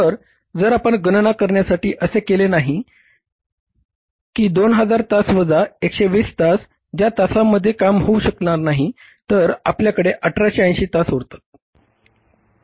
तर जर आपण गणना करण्यासाठी असे केले की 2000 तास वजा 120 तास ज्या तासांमध्ये काम होऊ शकले नाही तर आपल्याकडे 1880 तास उरतात